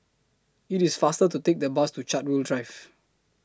IT IS faster to Take The Bus to Chartwell Drive